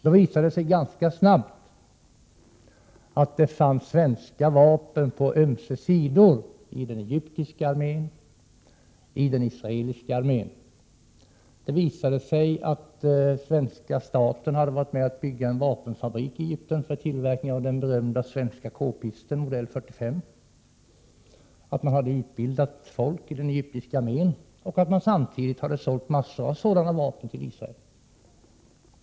Då visade det sig ganska snabbt att det fanns svenska vapen på ömse sidor —i den egyptiska armén och i den israeliska armén. Det visade sig att svenska staten hade varit med om att bygga en vapenfabrik i Egypten för tillverkning av den berömda svenska kpisten modell 45, att man hade utbildat folk i den egyptiska armén och att man samtidigt hade sålt massor med sådana vapen till Israel.